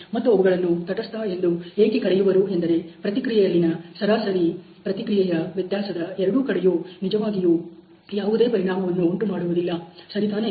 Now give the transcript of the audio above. ಮತ್ತು ಅವುಗಳನ್ನು ತಟಸ್ಥ ಎಂದು ಏಕೆ ಕರೆಯುವರು ಎಂದರೆ ಪ್ರತಿಕ್ರಿಯೆ ಯಲ್ಲಿನ ಸರಾಸರಿ ಪ್ರತಿಕ್ರಿಯೆಯ ವ್ಯತ್ಯಾಸದ ಎರಡು ಕಡೆಯೂ ನಿಜವಾಗಿಯೂ ಯಾವುದೇ ಪರಿಣಾಮವನ್ನು ಉಂಟುಮಾಡುವುದಿಲ್ಲ ಸರಿ ತಾನೇ